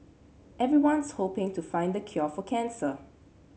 everyone's hoping to find the cure for cancer